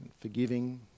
forgiving